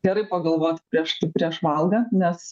gerai pagalvoti prieš tai prieš valgant nes